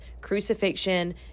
crucifixion